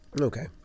Okay